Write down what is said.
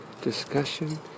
discussion